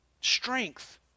strength